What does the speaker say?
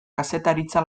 kazetaritza